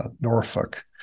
Norfolk